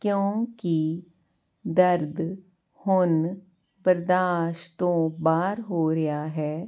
ਕਿਉਂਕਿ ਦਰਦ ਹੁਣ ਬਰਦਾਸ਼ਤ ਤੋਂ ਬਾਹਰ ਹੋ ਰਿਹਾ ਹੈ